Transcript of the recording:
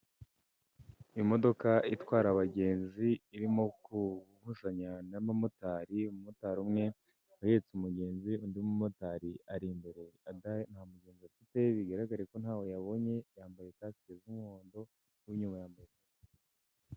Imodoka itwara abagenzi irimo kubushanya n'abamotari, umumotari umwe ahetse umugenzi undi mumotari ari imbere nta mugenzi afite bigaragare ko ntawe yabonye yambaye kasike z'umuhondo uwinyuma yambaye..